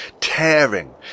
tearing